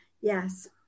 Yes